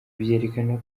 byerekana